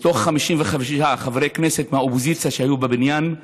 מתוך 55 חברי כנסת מהאופוזיציה שהיו בבניין,